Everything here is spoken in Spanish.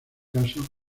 caso